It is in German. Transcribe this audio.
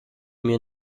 mir